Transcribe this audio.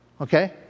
Okay